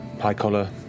high-collar